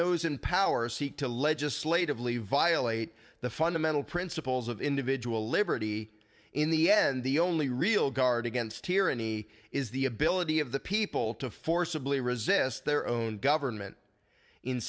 those in power seek to legislatively violate the fundamental principles of individual liberty in the end the only real guard against tyranny is the ability of the people to forcibly resist their own government in